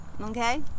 okay